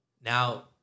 Now